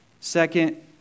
Second